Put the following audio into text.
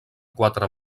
quatre